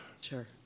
sure